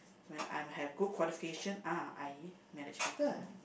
when I have good qualification ah I manage people